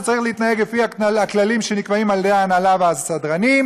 הוא צריך להתנהג לפי הכללים שנקבעים על ידי ההנהלה והסדרנים.